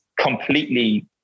completely